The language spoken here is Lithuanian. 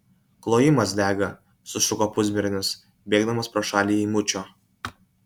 klojimas dega sušuko pusbernis bėgdamas pro šalį eimučio